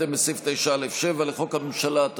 בהתאם לסעיף 9(א)(7) לחוק הממשלה,